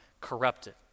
corrupted